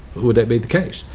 would that be the case?